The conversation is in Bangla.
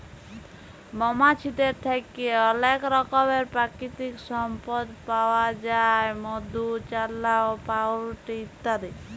মমাছিদের থ্যাকে অলেক রকমের পাকিতিক সম্পদ পাউয়া যায় মধু, চাল্লাহ, পাউরুটি ইত্যাদি